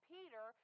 Peter